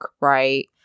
right